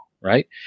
right